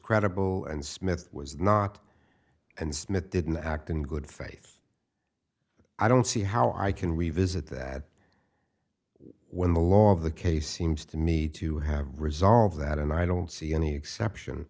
credible and smith was not and smith didn't act in good faith i don't see how i can revisit that when the law of the case seems to me to have resolved that and i don't see any exception